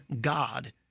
God